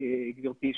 גברתי,